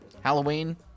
Halloween